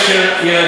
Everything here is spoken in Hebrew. איזה מקצועות ליבה?